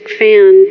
fan